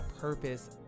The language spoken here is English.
purpose